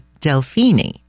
Delfini